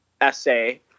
essay